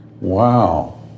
Wow